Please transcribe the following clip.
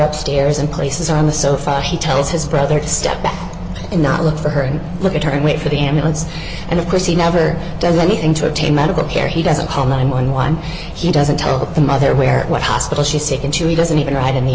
up stairs and places on the sofa he tells his brother to step back and not look for her and look at her and wait for the ambulance and of course he never does anything to obtain medical care he doesn't call nine hundred and eleven he doesn't tell the mother where what hospital she's sick and she doesn't even write in the